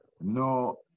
No